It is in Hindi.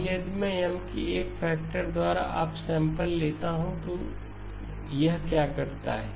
अब यदि मैं M के एक फैक्टर द्वारा अप सैंपल लेता हूँ तो यह क्या करता है